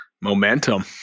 momentum